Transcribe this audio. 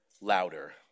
louder